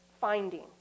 finding